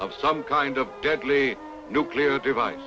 of some kind of deadly nuclear device